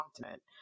continent